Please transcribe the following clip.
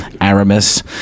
Aramis